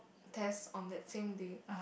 test on the same day